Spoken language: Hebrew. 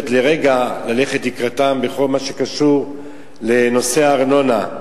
לרגע ללכת לקראתם בכל מה שקשור לנושא הארנונה.